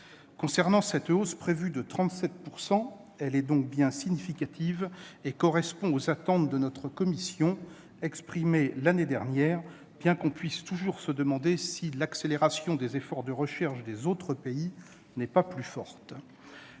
très flou. Cette hausse prévue de 37 % est bel et bien significative et correspond aux attentes de notre commission, exprimées l'année dernière, bien qu'on puisse toujours se demander si l'accélération des efforts de recherche des autres pays n'est pas plus forte